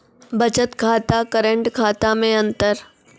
बचत खाता करेंट खाता मे अंतर?